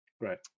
right